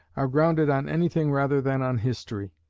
are grounded on anything rather than on history.